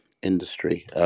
industry